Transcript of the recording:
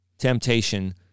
temptation